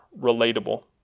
relatable